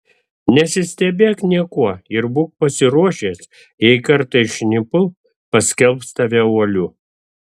nesistebėk niekuo ir būk pasiruošęs jei kartais šnipu paskelbs tave uoliu